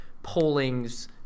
polling's